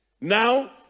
now